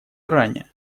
иране